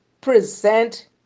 present